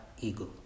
ego